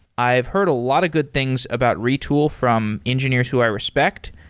i've heard a lot of good things about retool from engineers who i respect.